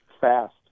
Fast